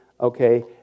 Okay